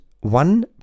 one